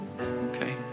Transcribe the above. Okay